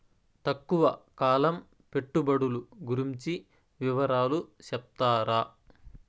తక్కువ కాలం పెట్టుబడులు గురించి వివరాలు సెప్తారా?